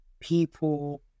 people